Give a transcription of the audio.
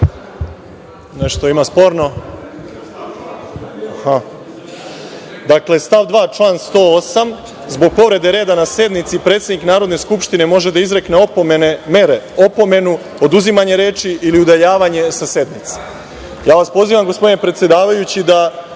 nešto sporno? Dakle, član 2. član 108 – zbog povrede reda na sednici predsednik Narodne skupštine može da izrekne mere opomenu, oduzimanje reči ili udaljavanje sa sednice. Ja vas pozivam, gospodine predsedavajući, da